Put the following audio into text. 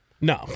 No